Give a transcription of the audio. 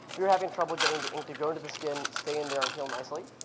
we were having trouble getting the ink to go into the skin, stay in there and heal nicely.